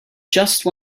just